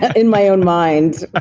in my own mind.